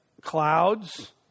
clouds